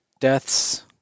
deaths